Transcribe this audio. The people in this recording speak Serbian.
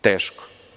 Teško.